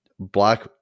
Black